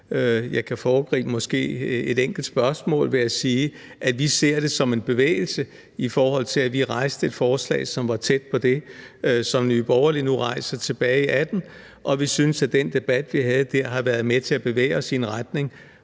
måske foregribe et enkelt spørgsmål ved at sige, at vi ser det som en bevægelse i forhold til, at vi rejste et forslag, som var tæt på det, som Nye Borgerlige nu rejser, tilbage i 2018, og at vi synes, at den debat, vi havde der, har været med til at bevæge os i en retning,